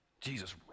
Jesus